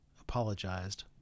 apologized